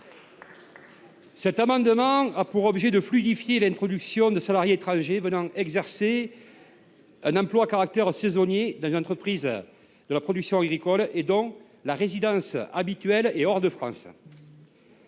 Cet amendement vise à fluidifier l’embauche de salariés étrangers qui viennent exercer un emploi à caractère saisonnier dans une entreprise de la production agricole et dont la résidence habituelle est hors de France.